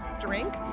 drink